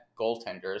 goaltenders